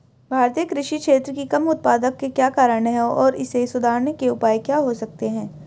भारतीय कृषि क्षेत्र की कम उत्पादकता के क्या कारण हैं और इसे सुधारने के उपाय क्या हो सकते हैं?